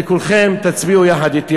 וכולכם תצביעו יחד אתי,